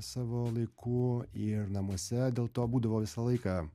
savo laiku ir namuose dėl to būdavo visą laiką